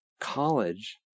college